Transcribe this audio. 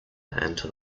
enter